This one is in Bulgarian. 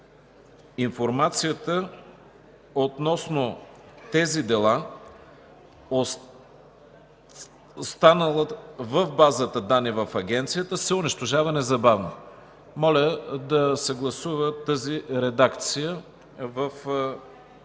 „Информацията относно тези дела, останала в базата данни в Агенцията, се унищожава незабавно“. Моля да гласуваме тази редакция в прочетеното